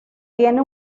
tiene